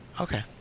Okay